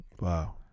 Wow